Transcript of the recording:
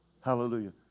Hallelujah